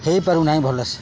ହେଇପାରୁନାହିଁ ଭଲସେ